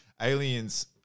Aliens